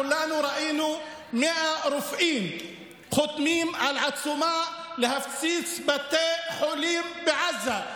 כולנו ראינו 100 רופאים חותמים על עצומה להפציץ בתי חולים בעזה.